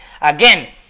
again